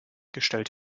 gestellt